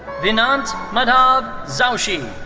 vinant madhav joshi.